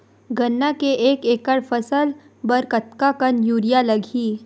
गन्ना के एक एकड़ फसल बर कतका कन यूरिया लगही?